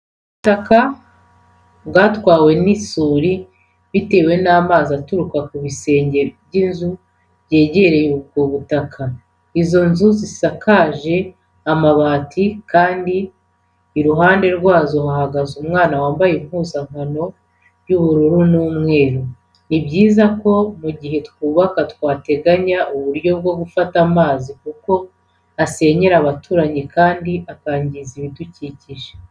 Ubutaka bwatwawe n'isuri bitewe n'amazi aturuka ku bisenge by'inzu byegereye ubwo butaka. Izo nzu zisakaje amabati kandi iruhande rwazo hahagaze umwana wambaye impuzankano y'ubururu n'umweru. Ni byiza ko mu gihe twubaka twateganya n'uburyo bwo gufata amazi, kuko asenyera abaturanyi kandi akangiza ibidukikije.